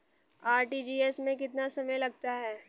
RTGS में कितना समय लगता है?